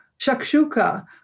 shakshuka